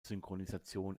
synchronisation